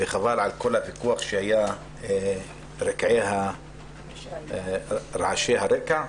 חבל על כל הוויכוח שהיה ועל רעשי הרקע.